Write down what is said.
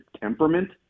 temperament